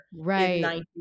Right